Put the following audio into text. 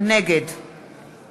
נגד